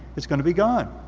it's gonna be gone.